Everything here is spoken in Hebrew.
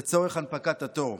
לצורך הנפקת התור,